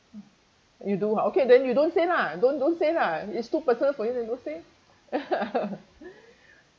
you do ha okay then you don't say lah don't don't say lah it's too personal for you then don't say